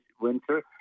winter